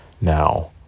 now